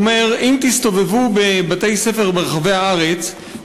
הוא אומר: אם תסתובבו בבתי-ספר ברחבי הארץ,